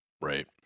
Right